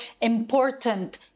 important